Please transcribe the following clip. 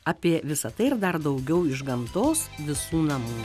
apie visa tai ir dar daugiau iš gamtos visų namų